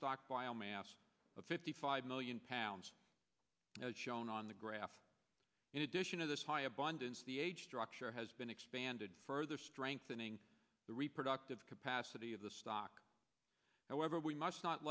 stockpile mass of fifty five million pounds as shown on the graph in addition to this high abundance the age structure has been expanded further strengthening the reproductive capacity of the stock however we must not